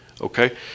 okay